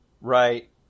right